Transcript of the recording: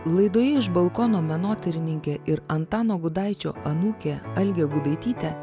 laidoje iš balkono menotyrininkė ir antano gudaičio anūkė algė gudaitytė